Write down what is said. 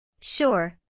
Sure